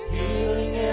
Healing